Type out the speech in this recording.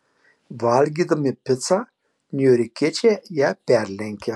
valgydami picą niujorkiečiai ją perlenkia